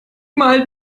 mal